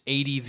ADV